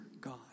God